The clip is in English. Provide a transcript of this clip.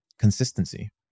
consistency